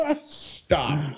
stop